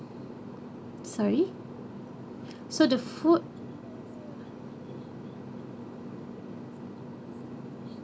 sorry so the food